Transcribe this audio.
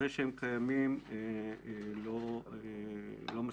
זה שהם קיימים, זה לא מספיק.